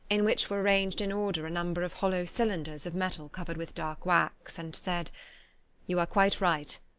in which were arranged in order a number of hollow cylinders of metal covered with dark wax, and said you are quite right.